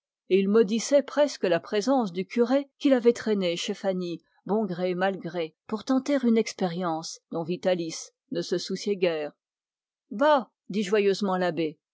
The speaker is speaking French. et il maudissait presque la présence du curé qu'il avait traîné chez fanny pour tenter une expérience dont vitalis ne se souciait guère bah dit joyeusement l'abbé